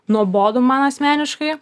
nuobodu man asmeniškai